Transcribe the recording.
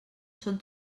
són